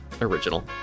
original